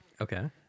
Okay